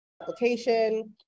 application